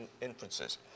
inferences